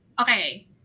okay